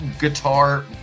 guitar